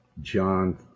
John